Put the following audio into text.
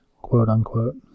quote-unquote